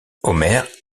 homer